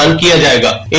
um da da